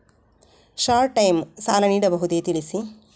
Short time ಸಾಲ ನೀಡಬಹುದೇ ತಿಳಿಸಿ?